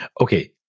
Okay